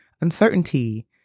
uncertainty